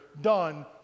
done